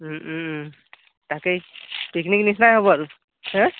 তাকেই পিকনিক নিচিনাই হ'ব আৰু হে